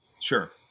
Sure